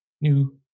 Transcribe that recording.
new